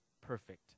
perfect